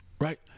right